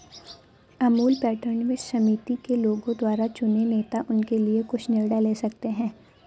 Amul pattern में समिति के लोगों द्वारा चुने नेता उनके लिए कुछ निर्णय ले सकते हैं